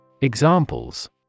Examples